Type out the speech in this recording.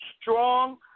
strong